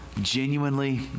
genuinely